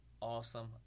awesome